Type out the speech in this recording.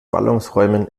ballungsräumen